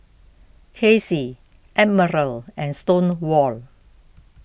Kacy Admiral and Stonewall